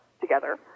together